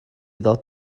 ddod